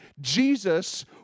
Jesus